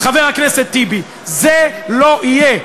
חבר הכנסת טיבי, זה לא יהיה.